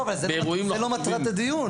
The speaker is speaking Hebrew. לא, אבל זה לא מטרת הדיון.